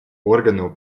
органу